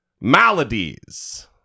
maladies